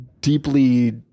deeply